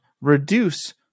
reduce